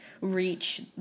reach